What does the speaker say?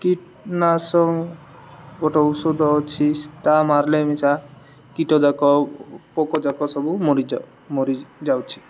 କୀଟନାଶ ଗୋଟେ ଔଷଧ ଅଛି ତା ମାରଲେ ମିଶା କୀଟଯାକ ପୋକଯାକ ସବୁ ମରି ମରିଯାଉଛି